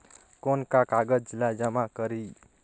कौन का कागज ला जमा करी?